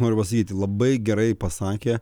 noriu pasakyti labai gerai pasakė